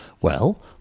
Well